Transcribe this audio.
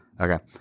Okay